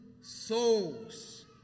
souls